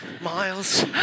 miles